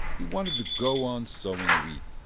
he wanted to go on sowing wheat,